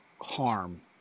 harm